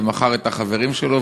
מחר את החברים שלו,